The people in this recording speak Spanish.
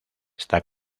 está